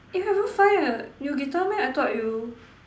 you haven't find a you guitar meh I thought you